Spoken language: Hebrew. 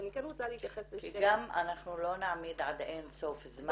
אבל אני כן רוצה להתייחס --- כי גם לא נעמיד אין סוף זמן לדיון.